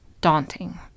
daunting